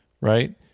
right